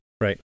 Right